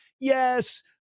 Yes